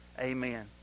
amen